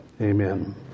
Amen